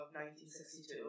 1962